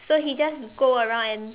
so he just go around and